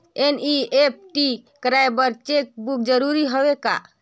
NEFT कराय बर cheque book जरूरी हवय का?